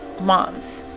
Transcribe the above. moms